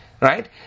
right